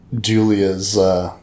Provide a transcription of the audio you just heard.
Julia's